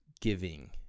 giving